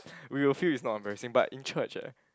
we will feel is not embarrassing but in church eh